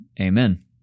amen